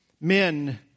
Men